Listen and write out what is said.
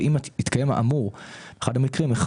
ואם התקיים כאמור בפסקאות (1),